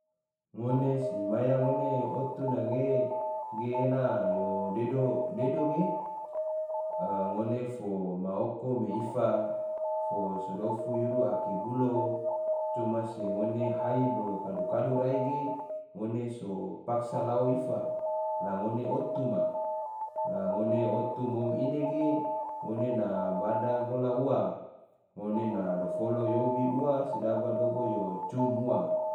Ngone si maya ngone otu nage, ena yo dedo ge, a ngone fo ma oko me ifa, fo so dofu yuru ake bulo, coma se ngone hai bolo kadu-kadu rai ge, ngone so paksa lao ifa, la ngone otu ma, la ngone otu mom ine ge, ngone na bada gola ua, ngone na dofolo yobi ua, sedaba yogo yo cum ua